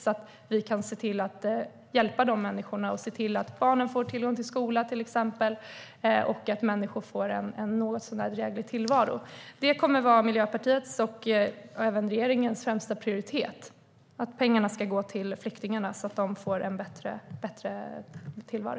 Så kan vi se till att hjälpa dessa människor så att barnen får tillgång till skola, till exempel, och att människor får en något så när dräglig tillvaro. Det kommer att vara Miljöpartiets och även regeringens främsta prioritet: Pengarna ska gå till flyktingarna så att de får en bättre tillvaro.